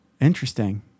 Interesting